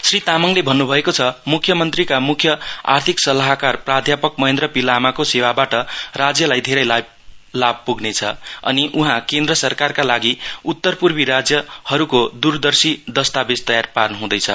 श्री तामाङले भन्न्भएको छ मुख्यमन्त्रीका मुख्य आर्थिक सल्लाहकार प्राध्यापक महेन्द्र पी लामाको सेवाबाट राज्यलाई धेरै लाभ पुग्नेछ अनि उहाँ केन्द्र सरकारका लागि उत्तरपूर्वी राज्यहरूको द्रदर्शी दस्तावेज तयार पार्नु हँदैछ